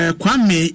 kwame